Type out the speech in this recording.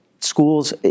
Schools